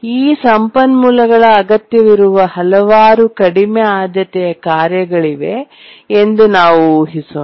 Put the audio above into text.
ಈ ಸಂಪನ್ಮೂಲಗಳ ಅಗತ್ಯವಿರುವ ಹಲವಾರು ಕಡಿಮೆ ಆದ್ಯತೆಯ ಕಾರ್ಯಗಳಿವೆ ಎಂದು ನಾವು ಊಹಿಸೋಣ